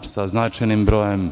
sa značajnim brojem